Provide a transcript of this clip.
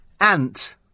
Ant